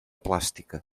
plàstica